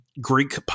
Greek